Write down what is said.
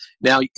Now